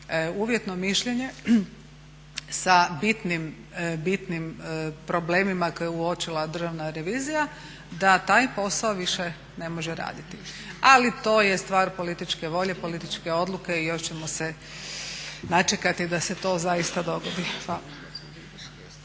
uvjetno mišljenje sa bitnim problemima koje je uočila državna revizija da taj posao više ne može raditi. Ali to je stvar političke volje, političke odluke i još ćemo se načekati da se to zaista dogodi. Hvala.